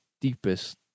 deepest